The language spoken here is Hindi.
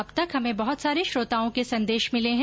अब तक हमें बहत सारे श्रोताओं के संदेश मिले हैं